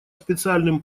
специальным